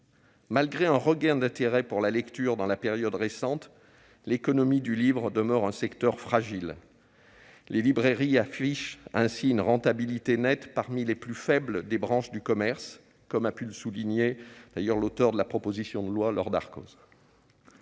Malgré un regain d'intérêt pour la lecture dans la période récente, l'économie du livre demeure un secteur fragile. Les librairies affichent ainsi une rentabilité nette parmi les plus faibles des branches du commerce, comme a pu le souligner l'auteure de la proposition de loi, Laure Darcos.